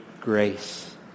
grace